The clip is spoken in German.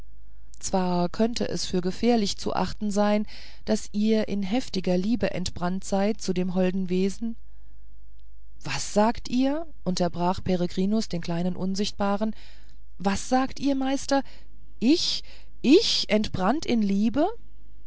zwar könnte es für gefährlich zu achten sein daß ihr in heftiger liebe entbrannt seid zu dem holden wesen was sagt ihr unterbrach peregrinus den kleinen unsichtbaren was sagt ihr meister ich ich entbrannt in liebe